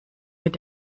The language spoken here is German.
mit